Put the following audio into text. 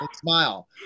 Smile